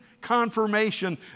confirmation